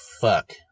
fuck